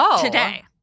today